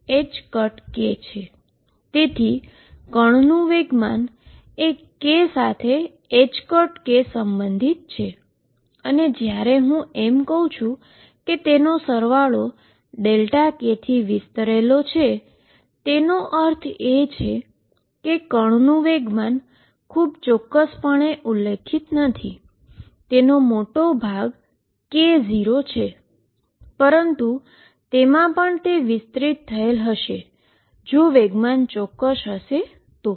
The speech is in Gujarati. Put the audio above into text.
તેથી પાર્ટીકલનું મોમેન્ટમ k સાથે ℏk સંબંધિત છે અને જ્યારે હું એમ કહું છું કે તેનો સરવાળો Δ k થી વિસ્તરેલો છે તેનો અર્થ એ છે કે પાર્ટીકલનું મોમેન્ટમ ખૂબ ચોક્કસપણે ઉલ્લેખિત નથી તેનો મોટો ભાગ k0 છેપરંતુ તેમાં પણ તે સ્પ્રેડ થયેલ હશે જો મોમેન્ટમ ચોક્કસ હશે તો